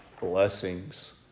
blessings